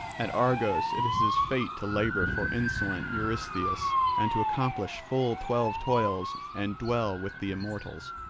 at argos it is his fate to labour for insolent eurystheus and to accomplish full twelve toils and dwell with the immortals,